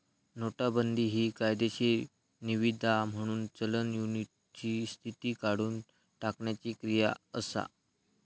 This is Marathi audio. नोटाबंदी हि कायदेशीर निवीदा म्हणून चलन युनिटची स्थिती काढुन टाकण्याची क्रिया असा